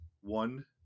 One